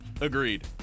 agreed